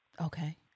Okay